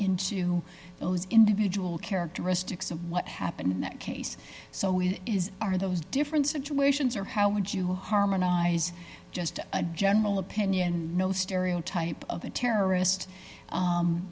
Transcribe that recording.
into those individual characteristics of what happened in that case so it is are those differences to asians or how would you harmonize just a general opinion no stereotype of a terrorist